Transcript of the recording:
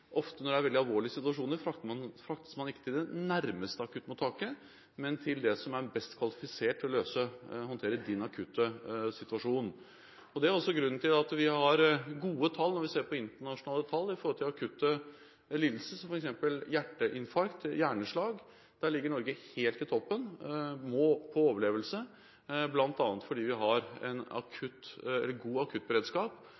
ofte når det er veldig alvorlige situasjoner, fraktes man ikke til det nærmeste akuttmottaket, men til det som er best kvalifisert til å håndtere din akutte situasjon. Det er også grunnen til at vi har gode tall når vi ser på internasjonale tall, når det gjelder akutte lidelser som f.eks. hjerteinfarkt og hjerneslag. Der ligger Norge helt i toppen målt på overlevelse, bl.a. fordi vi har en